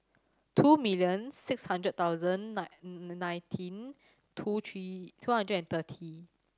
two millions six hundred thousand nine nineteen two three two hundred and thirty